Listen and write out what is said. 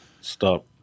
stop